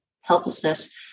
helplessness